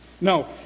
No